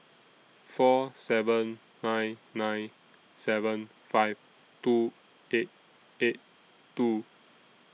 four seven nine nine seven five two eight eight two